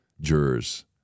jurors